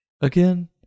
Again